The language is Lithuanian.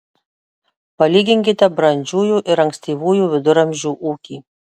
palyginkite brandžiųjų ir ankstyvųjų viduramžių ūkį